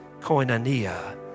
koinonia